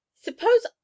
Suppose